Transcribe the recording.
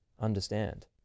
understand